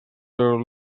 are